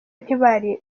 ntibari